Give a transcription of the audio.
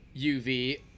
UV